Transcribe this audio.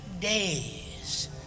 days